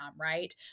Right